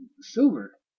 silver